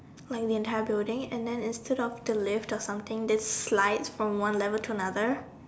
like the entire building and then instead of the lift or something just slide from one level to another